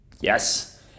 yes